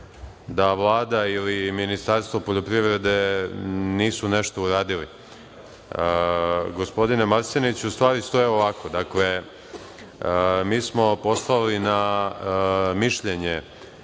da Vlada ili Ministarstvo poljoprivrede nisu nešto uradili. Gospodine Marseniću, stvari stoje ovako. Dakle, mi smo poslali na mišljenje